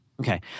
Okay